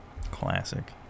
Classic